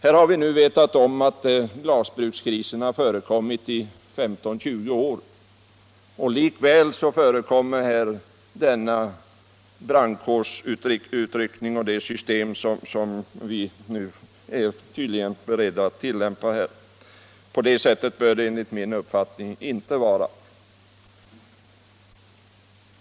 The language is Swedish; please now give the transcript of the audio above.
Vi har vetat om glasbrukskrisen i 15-20 år, och likväl förekommer denna ”brandkårsutryckning” och det system som man nu tydligen är beredd att tillämpa. På det sättet bör det enligt min uppfattning inte vara.